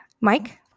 Mike